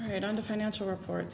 right on the financial report